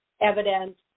evidence